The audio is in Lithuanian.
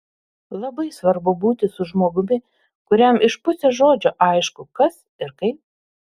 labai svarbu būti su žmogumi kuriam iš pusės žodžio aišku kas ir kaip